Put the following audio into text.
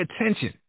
attention